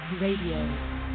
Radio